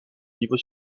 niveau